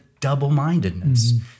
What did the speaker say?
double-mindedness